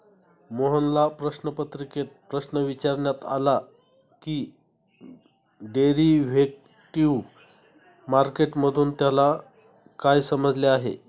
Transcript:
मोहनला प्रश्नपत्रिकेत प्रश्न विचारण्यात आला की डेरिव्हेटिव्ह मार्केट मधून त्याला काय समजले आहे?